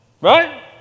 right